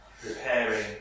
preparing